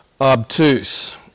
obtuse